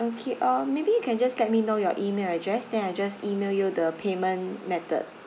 okay uh maybe you can just let me know your email address then I just email you the payment method